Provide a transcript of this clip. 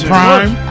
Prime